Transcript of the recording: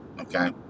okay